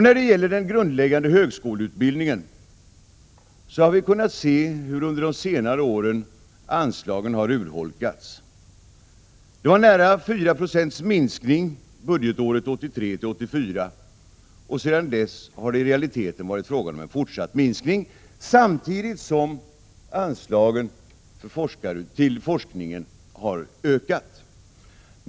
När det gäller den grundläggande högskoleutbildningen har vi under senare år kunnat se hur anslagen har urholkats. Det var en minskning på nära 4 Jo under budgetåret 1983/84, och sedan dess har det i realiteten varit fråga om en fortsatt minskning samtidigt som anslagen till forskning har ökat.